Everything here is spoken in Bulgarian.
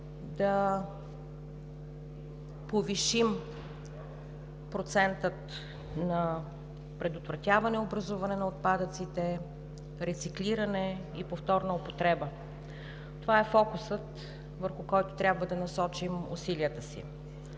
да повишим процента на предотвратяване образуването на отпадъците, рециклирането и повторната употреба. Това е фокусът, върху който трябва да насочим усилията си.